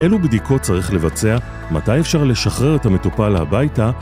אילו בדיקות צריך לבצע, מתי אפשר לשחרר את המטופל הביתה